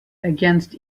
against